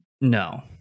No